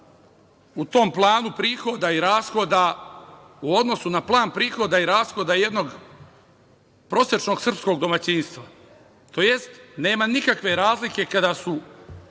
u odnosu na plan prihoda i rashoda jednog prosečnog srpskog domaćinstva tj. nema nikakve razlike kada su